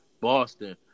Boston